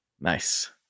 nice